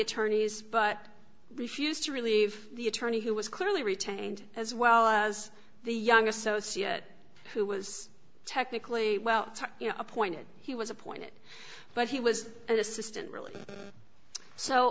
attorneys but refused to relieve the attorney who was clearly retained as well as the youngest souce yet who was technically well appointed he was appointed but he was an assistant really so